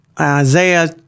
Isaiah